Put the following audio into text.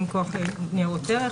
גם מכוח חוק ניירות ערך,